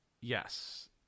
Yes